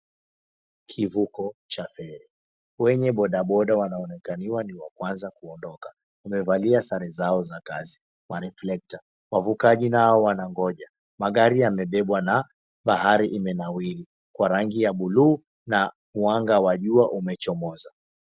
Kivuko cha feri. Wenye boda boda wanaonekana ni wa kwanza kuondoka. Wamevalia sare zao za kazi na reflector . Wavukaji nao wanangoja magari yamebebwa na bahari imenawiri kwa rangi blue na mwanga wa jua umechomoza.